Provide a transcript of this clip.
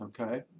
okay